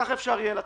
ככה אפשר יהיה לצאת.